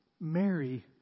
Mary